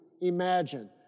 imagine